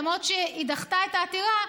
למרות שהיא דחתה את העתירה,